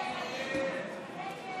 הסתייגות